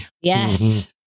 Yes